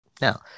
Now